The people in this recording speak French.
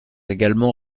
également